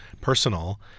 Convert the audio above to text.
personal